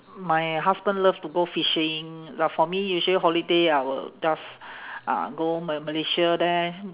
my husband love to go fishing but for me usually holiday I will just uh go ma~ malaysia there